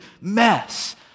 mess